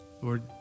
Lord